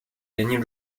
gagner